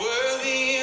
Worthy